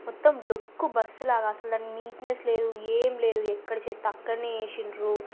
మొత్తం డొక్కు బస్సు లాగా అసలు దాని నీట్నెస్ లేదు ఏం లేదు ఎక్కడ చెత్త అక్కడనే వేసారు